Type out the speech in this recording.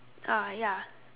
ah ya